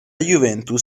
juventus